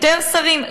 יותר שרים?